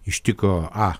iš tikro a